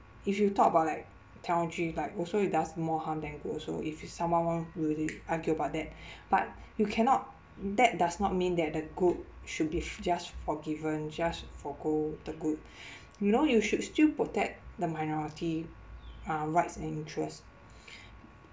if you talk about like like also it does more harm than good also if someone want will they argue about that but you cannot that does not mean that the good should be f~ just forgiven just forgo the good you know you should still protect the minority uh rights and interests